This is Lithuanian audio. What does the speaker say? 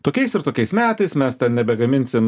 tokiais ir tokiais metais mes nebegaminsim